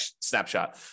snapshot